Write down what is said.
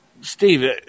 Steve